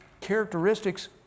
characteristics